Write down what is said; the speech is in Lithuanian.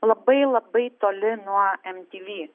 labai labai toli nuo mtv